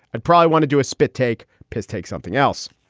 i'd probably want to do a spit, take piss, take something else.